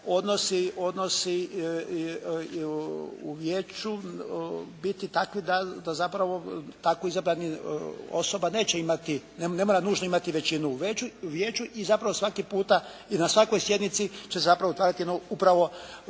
odnosi u vijeću biti takvi da zapravo tako izabranih osoba neće imati, ne mora nužno imati većinu u vijeću i zapravo svaki puta i na svakoj sjednici će zapravo otvarati jedno upravo